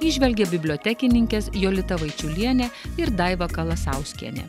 įžvelgia bibliotekininkės jolita vaičiulienė ir daiva kalasauskienė